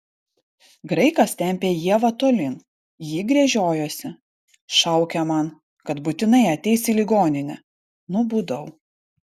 graikas tempė ievą tolyn ji gręžiojosi šaukė man kad būtinai ateis į ligoninę nubudau